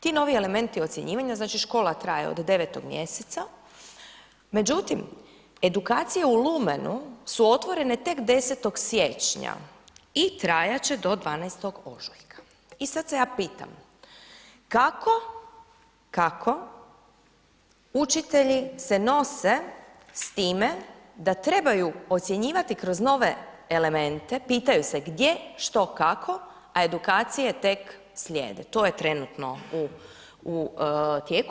Ti novi elementi ocjenjivanja, znači škola traje od 9 mjeseca, međutim edukacije u Lumenu su otvorene tek 10. siječnja i trajat će do 12. ožujka i sad se ja pitam, kako, kako učitelji se nose s time da trebaju ocjenjivati kroz nove elemente, pitaju se gdje, što, kako, a edukacije tek slijede, to je trenutno u, u tijeku.